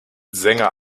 sänger